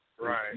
Right